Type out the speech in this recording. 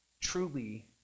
truly